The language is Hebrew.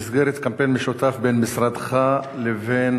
במסגרת קמפיין משותף של משרדך ושל